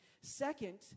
Second